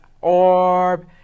orb